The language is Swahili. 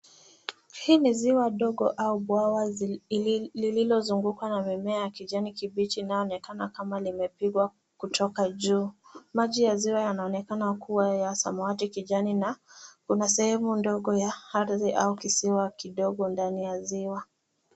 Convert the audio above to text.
Hii ni ziwa ndogo au bwawa lililozungukwa na mimea ya kijani kibichi inayoonekana kama limepigwa kutoka juu. Maji ya ziwa yanaonekana kuwa ya samawati kijani na kuna sehemu ndogo ya ardhi au kisiwa kidogo ndani ya ziwa.